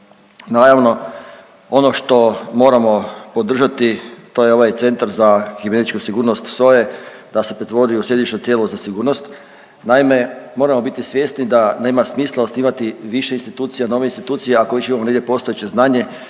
Naravno, ono što moramo podržati, to je ovaj Centar za kibernetičku sigurnost SOA-e, da se pretvori u središnje tijelo za sigurnost. Naime moramo biti svjesni da nema smisla osnivati više institucija, nove institucije ako već imamo postojeće znanje